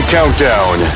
Countdown